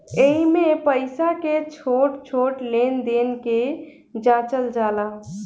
एइमे पईसा के छोट छोट लेन देन के जाचल जाला